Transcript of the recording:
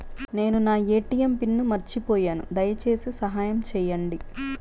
నేను నా ATM pin మర్చిపోయాను దయచేసి సహాయం చేయండి